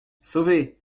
sauvée